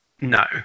No